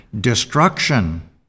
destruction